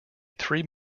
three